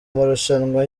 marushanwa